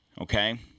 Okay